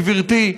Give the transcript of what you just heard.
גברתי,